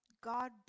God